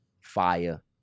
fire